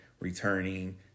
returning